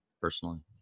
personally